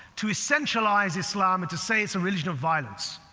to essentialize islam to say it's a religion of violence,